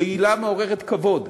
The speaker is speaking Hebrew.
יעילה ומעוררת כבוד.